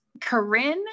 Corinne